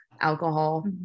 alcohol